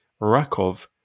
Rakov